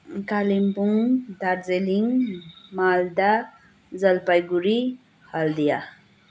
Kalimpong Darjeeling Malda Jalpaiguri Haldia